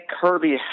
kirby